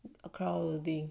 crowding